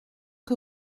que